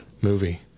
movie